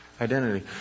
identity